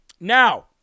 Now